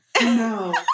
no